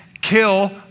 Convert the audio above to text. kill